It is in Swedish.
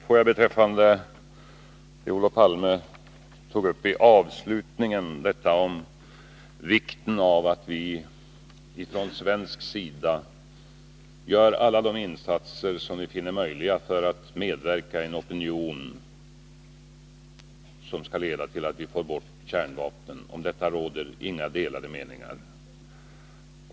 I avslutningen tog Olof Palme upp vikten av att vi från svensk sida gör alla de insatser som vi finner möjliga för att medverka i en opinion som skall leda till att vi får bort kärnvapnen. Får jag säga att om detta råder inga delade meningar.